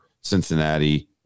Cincinnati